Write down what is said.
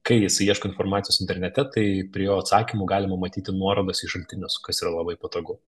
kai jisai ieško informacijos internete tai prie jo atsakymų galima matyti nuorodas į šaltinius kas yra labai patogu